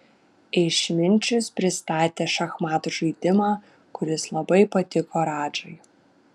išminčius pristatė šachmatų žaidimą kuris labai patiko radžai